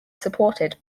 supported